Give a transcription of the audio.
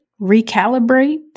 recalibrate